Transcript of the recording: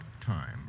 time